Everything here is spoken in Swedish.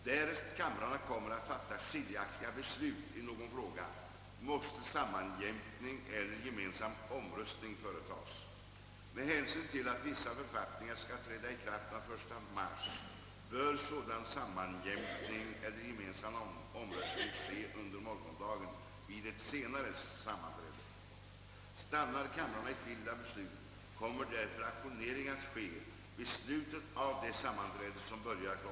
Därest kamrarna kommer att fatta skiljaktiga beslut i någon fråga måste sammanjämkning eller gemensam omröstning företagas. Med hänsyn till att vissa författningar skall träda i kraft den 1 mars bör sådan sammanjämkning eller gemensam omröstning ske under morgondagen vid ett senare sammanträde. Stannar kamrarna i skilda beslut kommer därför ajournering att ske vid slutet av det sammanträde som börjar kl.